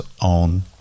on